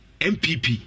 MPP